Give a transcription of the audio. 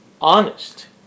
honest